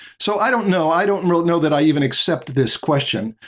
so, i don't know i don't know know that i even accept this question.